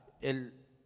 El